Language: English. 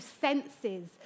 senses